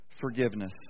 forgiveness